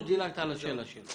או שדילגת על השאלה שלו.